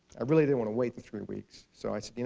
i really didn't want to wait the three weeks, so i said,